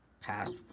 past